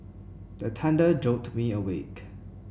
the thunder jolt me awake